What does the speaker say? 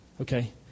Okay